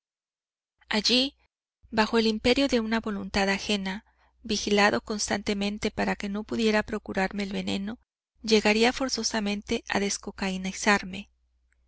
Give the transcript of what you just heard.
allí bajo el imperio de una voluntad ajena vigilado constantemente para que no pudiera procurarme el veneno llegaría forzosamente a descocainizarme sabe usted lo